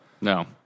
No